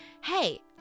hey